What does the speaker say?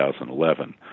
2011